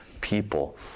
people